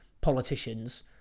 politicians